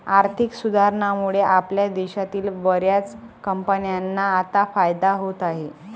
आर्थिक सुधारणांमुळे आपल्या देशातील बर्याच कंपन्यांना आता फायदा होत आहे